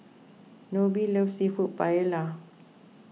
Nobie loves Seafood Paella